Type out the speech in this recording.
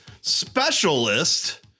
specialist